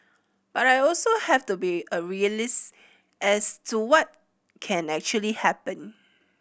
but I also have to be a realist as to what can actually happen